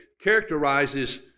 characterizes